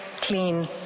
clean